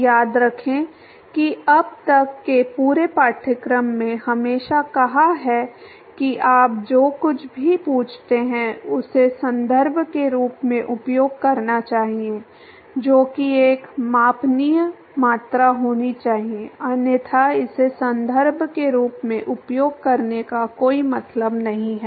याद रखें कि अब तक के पूरे पाठ्यक्रम ने हमेशा कहा है कि आप जो कुछ भी पूछते हैं उसे संदर्भ के रूप में उपयोग करना चाहिए जो कि एक मापनीय मात्रा होनी चाहिए अन्यथा इसे संदर्भ के रूप में उपयोग करने का कोई मतलब नहीं है